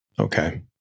okay